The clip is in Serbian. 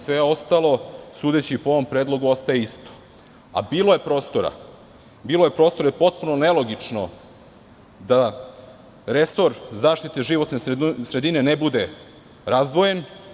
Sve ostalo, sudeći po ovom predlogu ostaje isto, a bilo je prostora i potpuno je nelogično da resor zaštite životne sredine ne bude razdvojen.